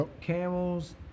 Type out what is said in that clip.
Camels